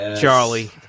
Charlie